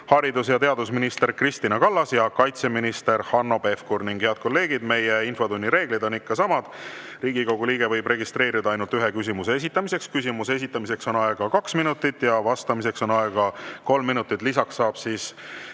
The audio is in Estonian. haridus- ja teadusminister Kristina Kallas ja kaitseminister Hanno Pevkur. Head kolleegid, infotunni reeglid on ikka samad. Riigikogu liige võib registreeruda ainult ühe küsimuse esitamiseks. Küsimuse esitamiseks on aega kaks minutit ja vastamiseks on aega kolm minutit. Lisaks saab küsimuse